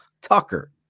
Tucker